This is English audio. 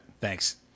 Thanks